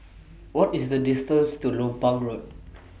What IS The distance to Lompang Road